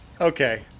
Okay